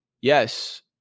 Yes